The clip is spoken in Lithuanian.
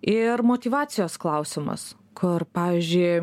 ir motyvacijos klausimas kur pavyzdžiui